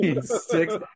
Six